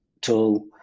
tool